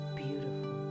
beautiful